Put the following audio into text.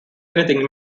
anything